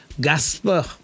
Gasper